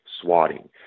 swatting